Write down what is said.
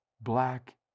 black